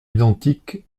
identiques